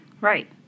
Right